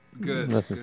good